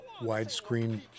widescreen